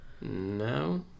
No